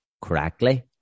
correctly